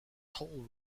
toll